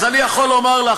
אז אני יכול לומר לך.